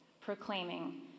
proclaiming